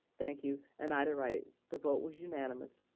thank you, and ida wright, the vote was unanimous.